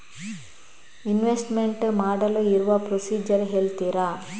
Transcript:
Investment ಮಾಡಲು ಇರುವ procedure ಹೇಳ್ತೀರಾ?